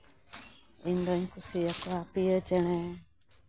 ᱤᱧᱫᱩᱧ ᱠᱩᱥᱤ ᱟᱠᱚᱣᱟ ᱯᱤᱩᱳ ᱪᱮᱬᱮ